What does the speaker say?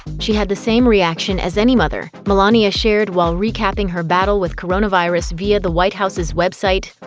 she had the same reaction as any mother. melania shared while recapping her battle with coronavirus via the white house's website,